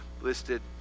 listed